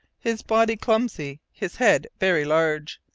his body clumsy, his head very large,